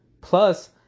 Plus